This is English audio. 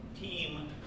team